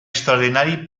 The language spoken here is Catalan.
extraordinari